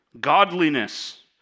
Godliness